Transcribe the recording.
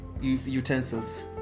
Utensils